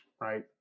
right